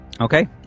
Okay